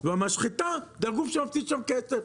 והמשחטה זה הגוף שמפסיד שם כסף,